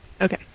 Okay